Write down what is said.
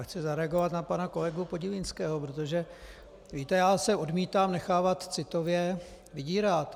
Chci zareagovat na pana kolegu Podivínského, protože se odmítám nechávat citově vydírat.